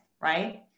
right